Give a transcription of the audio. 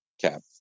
Cap